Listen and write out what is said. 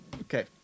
Okay